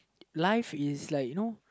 life is like you know